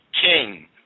king